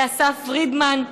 לאסף פרידמן,